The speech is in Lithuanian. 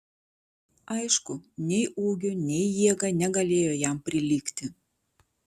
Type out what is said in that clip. aišku nei ūgiu nei jėga negalėjo jam prilygti